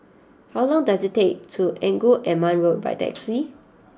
how long does it take to Engku Aman Road by taxi